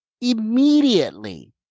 immediately